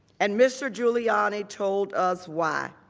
and mr. giuliani told us why.